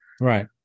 Right